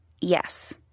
yes